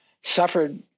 suffered